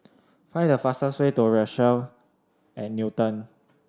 find the fastest way to Rochelle at Newton